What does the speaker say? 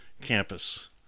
campus